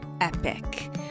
epic